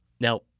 Now